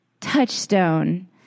touchstone